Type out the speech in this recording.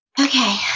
okay